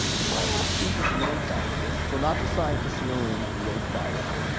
if i ask people to name scientists, so not the scientist in the room cause you guys are biased,